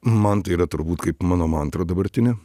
man tai yra turbūt kaip mano mantra dabartinė